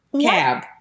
cab